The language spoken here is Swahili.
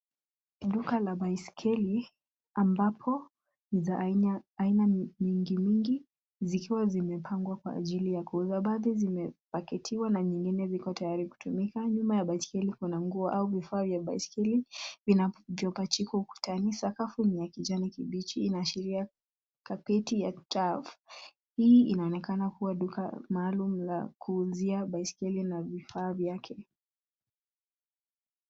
Duka la baiskeli ambapo ni za aina mingi mingi zikiwa zimepangwa kwa ajili ya kuuza. Baadhi zimepaketiwa na nyingine ziko tayari kutumika. Nyuma ya baiskeli kuna nguo au vifaa vya baiskeli vinavyopachikwa kutani sakafu ni ya kijani kibichi inaashiria kapeti ya (cs)turf(cs). Hii inaonekana kuwa duka maalum la kuuzia baiskeli na vifaa yake.